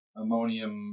ammonium